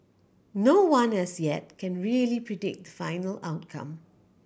no one as yet can really predict final outcome